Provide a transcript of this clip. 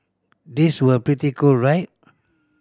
these were pretty cool right